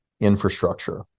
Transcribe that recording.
infrastructure